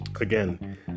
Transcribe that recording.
again